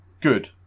Good